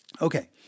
Okay